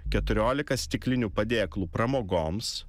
keturiolika stiklinių padėklų pramogoms